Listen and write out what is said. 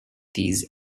these